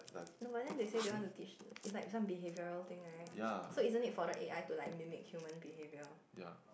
no but then they say they want to teach it's like some behavioural thing right so isn't it like for the A_I to mimic human behaviour